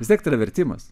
vis tiek tai yra vertimas